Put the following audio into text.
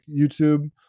YouTube